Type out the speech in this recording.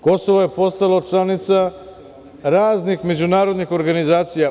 Kosovo je postalo članica raznih međunarodnih organizacija.